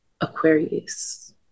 Aquarius